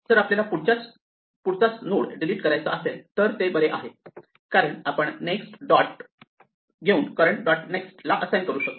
जर आपल्याला पुढच्याच नोड डिलीट करायचा असेल तर ते बरे आहे कारण आपण नेक्स्ट डॉट नेक्स्ट घेऊन करंट डॉट नेक्स्ट ला असाइन करू शकतो